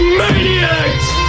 maniacs